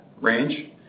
range